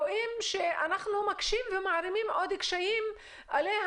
רואים שאנחנו מקשים ומערימים עוד קשיים עליה,